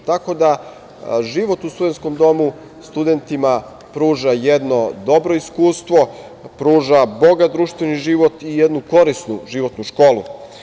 Tako da, život u studentskom domu studentima pruža jedno dobro iskustvo, pruža bogat društveni život i jednu korisnu životnu školu.